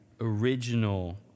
original